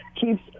keeps